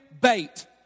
bait